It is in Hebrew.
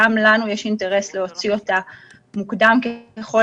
גם לנו יש אינטרס להוציא אותה מוקדם ככל